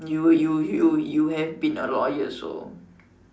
you you you you have been a lawyer so